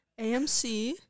AMC